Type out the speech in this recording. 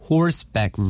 Horseback